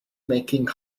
making